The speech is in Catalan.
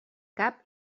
cap